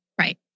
Right